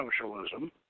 socialism